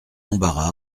embarras